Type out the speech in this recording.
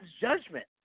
judgment